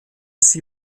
sie